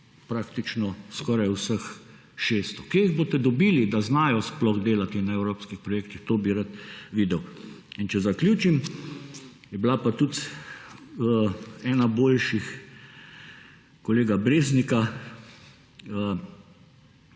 praktično skoraj vseh 600. Kje jih boste dobili, da znajo sploh delati na evropskih projektih, to bi rad videl. Če zaključim. Je bila pa tudi ena boljših kolega Breznika,